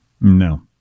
No